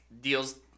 deals